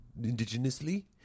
indigenously